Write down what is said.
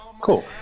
Cool